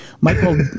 Michael